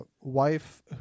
wife